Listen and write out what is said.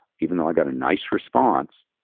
even though i got a nice response,